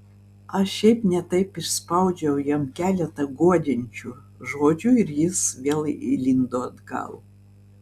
aš šiaip ne taip išspaudžiau jam keletą guodžiančių žodžių ir jis vėl įlindo atgal